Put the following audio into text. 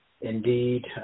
Indeed